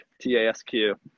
T-A-S-Q